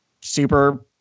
super